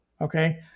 Okay